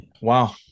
Wow